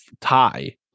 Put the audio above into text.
tie